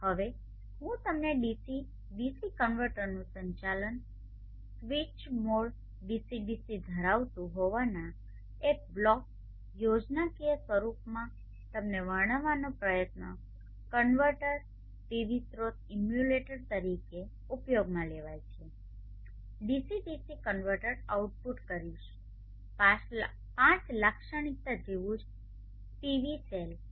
હવે હું તમને ડીસી ડીસી કન્વર્ટરનું સંચાલન સ્વિચડ મોડ ડીસી ડીસી ધરાવતું હોવાના એક બ્લોક યોજનાકીય સ્વરૂપમાં તમને વર્ણવવાનો પ્રયત્ન કન્વર્ટર પીવી સ્રોત ઇમ્યુલેટર તરીકે ઉપયોગમાં લેવાય છે ડીસી ડીસી કન્વર્ટર આઉટપુટકરીશ IV લાક્ષણિકતા જેવું જ પીવી સેલ કે